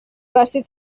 vestit